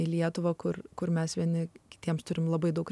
į lietuvą kur kur mes vieni kitiems turime labai daug